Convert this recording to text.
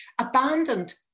Abandoned